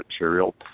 material